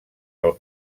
pel